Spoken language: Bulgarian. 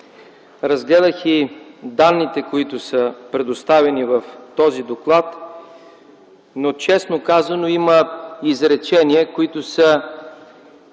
Разгледах и данните, които са предоставени в този доклад, но, честно казано, има изречения, които са